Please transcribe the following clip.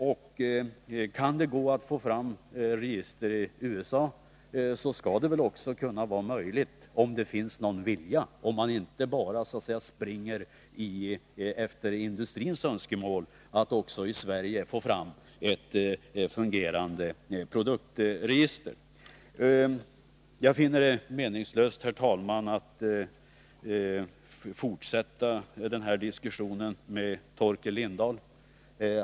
Och kan det gå att få fram register i USA, så skall det vara möjligt — om det finns någon vilja, om man inte bara lyssnar på industrins önskemål — att också i Sverige få fram ett fungerande produktregister. Herr talman! Jag finner det meningslöst att fortsätta den här diskussionen med Torkel Lindahl.